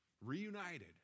Reunited